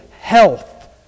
health